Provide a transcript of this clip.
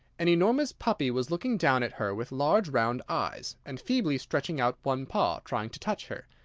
an enormous puppy was looking down at her with large round eyes, and feebly stretching out one paw, trying to touch her.